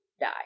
die